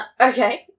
Okay